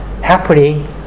happening